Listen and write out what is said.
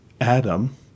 Adam